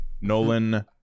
Nolan